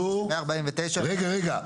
רגע, רגע.